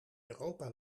europa